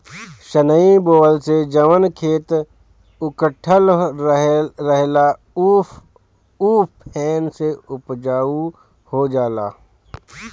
सनई बोअला से जवन खेत उकठल रहेला उ फेन से उपजाऊ हो जाला